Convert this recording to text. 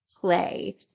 Play